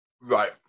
Right